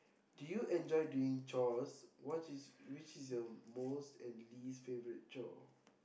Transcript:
do you enjoy doing chores what is which is your most and least favourite chore